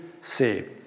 saved